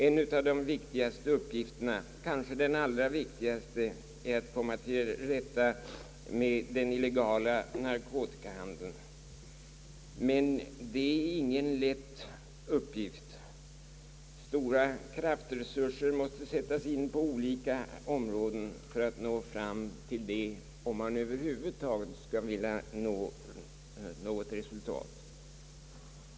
En av de viktigaste uppgifterna — kanske en av de allra viktigaste — är att komma till rätta med den illegala narkotikahandeln. Det är dock ingen lätt uppgift. Stora kraftresurser måste sättas in på olika områden, om man över huvud taget vill nå något reultat.